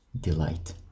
delight